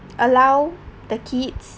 allow the kids